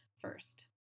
First